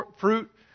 fruit